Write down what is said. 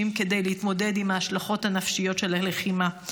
כדי להתמודד עם ההשלכות הנפשיות של הלחימה.